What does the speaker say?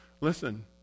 listen